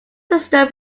system